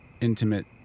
intimate